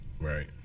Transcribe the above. right